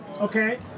okay